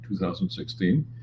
2016